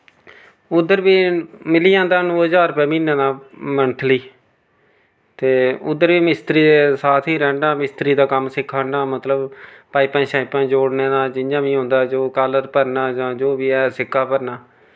उद्धर बी मिली जंदा नौ ज्हार रपेआ म्हीने दा मंथली ते उद्धर बी मिस्त्री साथ ही रैहन्ना मिस्त्री दा कम्म सिक्खा ना मतलब पाइपां शाइपां जोड़ने दा जि'यां बी होंदा जो कालर भरना जां जो बी ऐ सिक्का भरना